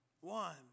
One